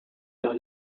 los